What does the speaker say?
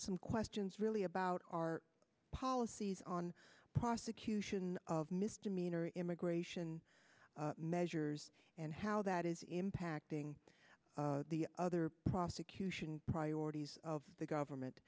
some questions really about our policies on prosecution of misdemeanor immigration measures and how that is impacting the other prosecution priorities of the government